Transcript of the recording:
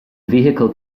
vehicle